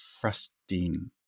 frosting